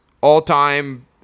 all-time